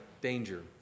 danger